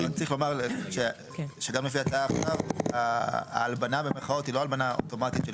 צריך לומר שגם לפי ההצעה עכשיו "ההלבנה" היא לא הלבנה אוטומטית של